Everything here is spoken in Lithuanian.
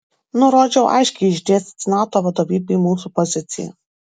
nurodžiau aiškiai išdėstyti nato vadovybei mūsų poziciją